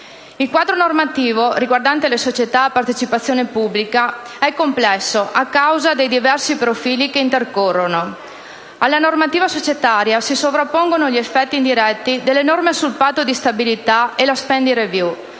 Il quadro normativo riguardante le società a partecipazione pubblica è complesso a causa dei diversi profili che intercorrono. Alla normativa societaria si sovrappongono gli effetti indiretti delle norme sul Patto di stabilità e la *spending review*,